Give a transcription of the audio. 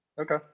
Okay